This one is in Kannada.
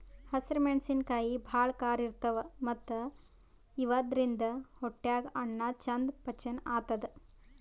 ಹಸ್ರ್ ಮೆಣಸಿನಕಾಯಿ ಭಾಳ್ ಖಾರ ಇರ್ತವ್ ಮತ್ತ್ ಇವಾದ್ರಿನ್ದ ಹೊಟ್ಯಾಗ್ ಅನ್ನಾ ಚಂದ್ ಪಚನ್ ಆತದ್